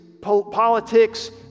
politics